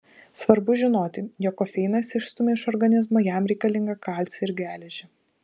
svarbu žinoti jog kofeinas išstumia iš organizmo jam reikalingą kalcį ir geležį